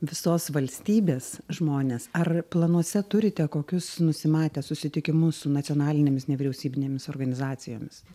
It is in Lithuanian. visos valstybės žmonės ar planuose turite kokius nusimatę susitikimus su nacionalinėmis nevyriausybinėmis organizacijomis